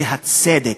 זה הצדק,